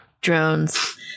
Drones